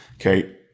Okay